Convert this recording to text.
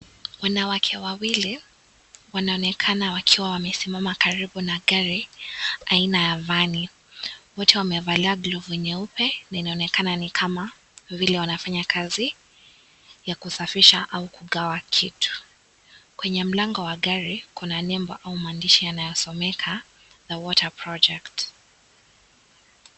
Wanawake wawili wanaonekana wakiwa wamesimama karibu na gari aina ya vani. Wote wamevalia glovu nyeupe na inaonekana ni kama vile wanafanya kazi ya kusafisha au kugawa kitu. Kwenye mlango wa gari, kuna nembo au maandishi yanayosomeka ya water project .